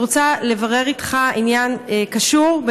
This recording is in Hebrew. אני רוצה לברר איתך עניין קשור,